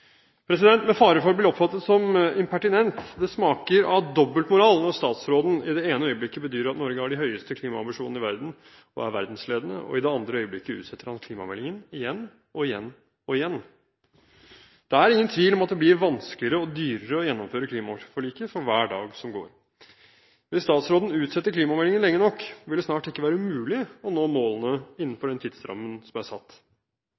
Med fare for å bli oppfattet som impertinent: Det smaker av dobbeltmoral når statsråden i det ene øyeblikket bedyrer at Norge har de høyeste klimaambisjonene i verden og er verdensledende, mens han i det andre øyeblikket utsetter klimameldingen – igjen og igjen og igjen. Det er ingen tvil om at det blir vanskeligere og dyrere å gjennomføre klimaforliket for hver dag som går. Hvis statsråden utsetter klimameldingen lenge nok, vil det snart ikke være mulig å nå målene innenfor den tidsrammen som er satt,